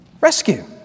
rescue